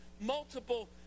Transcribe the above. multiple